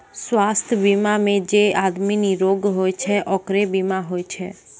स्वास्थ बीमा मे जे आदमी निरोग होय छै ओकरे बीमा होय छै